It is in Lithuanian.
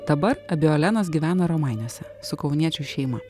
dabar abi olenos gyvena romainiuose su kauniečių šeima